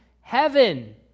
heaven